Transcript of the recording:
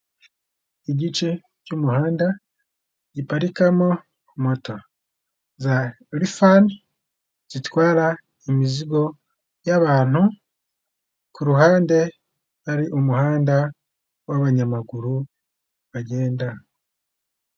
Igice cy'umuhanda giparikamo moto za rifani zitwara imizigo y'abantu, ku ruhande hari umuhanda w'abanyamaguru bagenda.